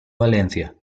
valencia